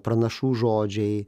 pranašų žodžiai